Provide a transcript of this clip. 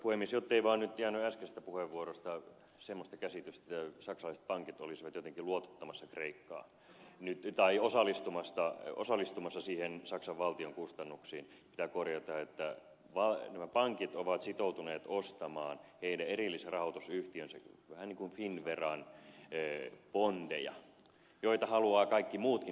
jottei nyt vaan jäänyt äskeisestä puheenvuorosta semmoista käsitystä että saksalaiset pankit olisivat jotenkin luotottamassa kreikkaa tai osallistumassa saksan valtion kustannuksiin pitää korjata että nämä pankit ovat sitoutuneet ostamaan heidän erillisrahoitusyhtiönsä vähän niin kuin finnveran bondeja joita haluavat kaikki muutkin ostaa